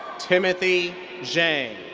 timothy zhang.